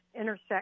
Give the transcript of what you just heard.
intersect